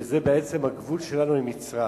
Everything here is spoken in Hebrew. וזה בעצם הגבול שלנו עם מצרים.